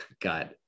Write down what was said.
God